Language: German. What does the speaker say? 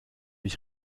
ich